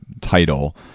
Title